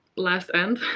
last end?